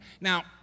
Now